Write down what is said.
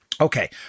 Okay